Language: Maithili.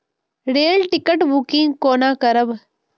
रेल टिकट बुकिंग कोना करब?